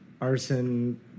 arson